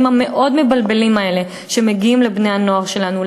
המאוד-מבלבלים האלה שמגיעים לבני-הנוער שלנו,